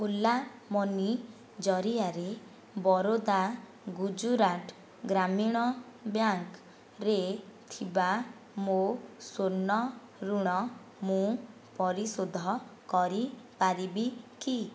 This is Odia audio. ଓଲା ମନି ଜରିଆରେ ବରୋଦା ଗୁଜୁରାଟ ଗ୍ରାମୀଣ ବ୍ୟାଙ୍କରେ ଥିବା ମୋ ସ୍ଵର୍ଣ୍ଣ ଋଣ ମୁଁ ପରିଶୋଧ କରିପାରିବି କି